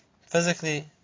Physically